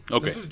Okay